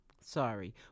Sorry